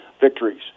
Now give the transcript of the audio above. victories